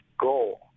goal